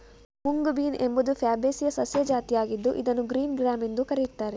mung bean ಎಂಬುದು Fabaceae ಸಸ್ಯ ಜಾತಿಯಾಗಿದ್ದು ಇದನ್ನು ಗ್ರೀನ್ ಗ್ರ್ಯಾಮ್ ಎಂದೂ ಕರೆಯುತ್ತಾರೆ